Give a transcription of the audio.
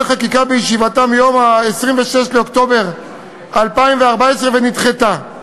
חקיקה בישיבתה ביום 26 באוקטובר 2014 ונדחתה.